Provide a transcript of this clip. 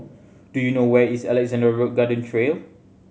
do you know where is Alexandra Road Garden Trail